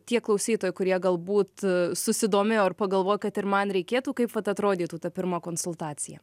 tie klausytojai kurie galbūt susidomėjo ir pagalvojo kad ir man reikėtų kaip vat atrodytų ta pirma konsultacija